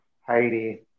Heidi